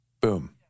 Boom